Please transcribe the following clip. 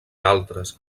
altres